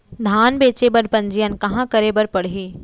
धान बेचे बर पंजीयन कहाँ करे बर पड़ही?